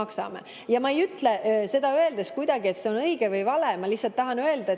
maksame. Ja ma ei ütle seda öeldes kuidagi, et see on õige või vale. Ma lihtsalt tahan öelda, et